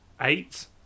eight